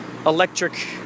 electric